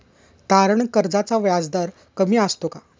तारण कर्जाचा व्याजदर कमी असतो का?